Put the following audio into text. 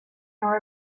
nor